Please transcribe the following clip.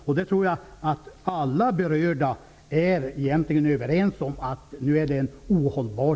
Jag tror att alla berörda är överens om att situationen är ohållbar.